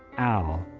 al,